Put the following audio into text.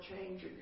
change